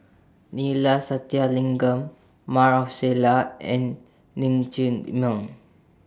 Neila Sathyalingam Maarof Salleh and Lin Chee Meng